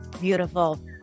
beautiful